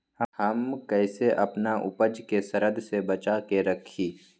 हम कईसे अपना उपज के सरद से बचा के रखी?